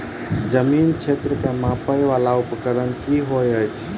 जमीन क्षेत्र केँ मापय वला उपकरण की होइत अछि?